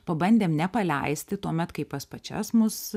pabandėm nepaleisti tuomet kai pas pačias mus